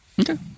Okay